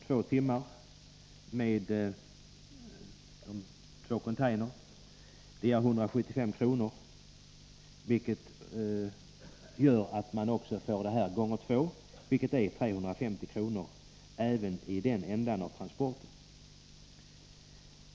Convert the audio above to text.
Två timmar med två containrar ger kostnaden 175 kr., och gånger två blir det 350 kr. även i den ändan av transporten.